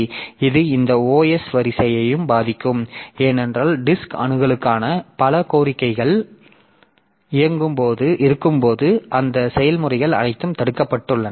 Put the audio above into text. எனவே இது இந்த OS வரிசையையும் பாதிக்கும் ஏனென்றால் டிஸ்க் அணுகலுக்கான பல கோரிக்கைகள் இருக்கும்போது அந்த செயல்முறைகள் அனைத்தும் தடுக்கப்பட்டுள்ளன